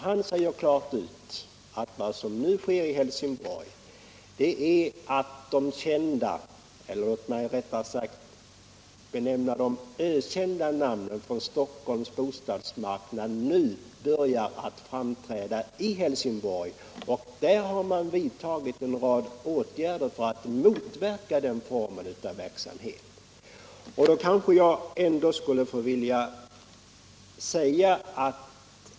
Han sade klart ut att vad som nu sker i Helsingborg är att de kända — eller låt mig rättare benämna dem ökända - namnen på Stockholms bostadsmarknad nu börjar att framträda i Helsingborg. Där har man vidtagit en rad åtgärder för att motarbeta denna form av verksamhet.